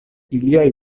iliaj